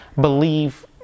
believe